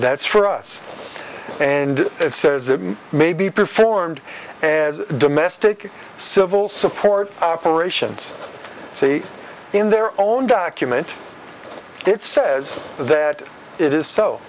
that's for us and it says it may be performed and domestic civil support operations say in their own document it says that it is so